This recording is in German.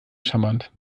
charmant